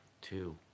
two